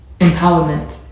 empowerment